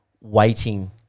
waiting